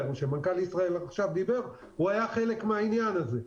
מנכ"ל ישראייר שדיבר עכשיו היה חלק מהעניין הזה.